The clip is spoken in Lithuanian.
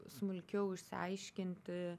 smulkiau išsiaiškinti